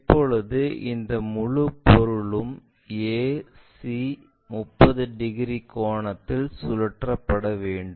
இப்போது இந்த முழு பொருளும் a c 30 டிகிரி கோணத்தில் சுழற்றபட வேண்டும்